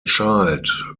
child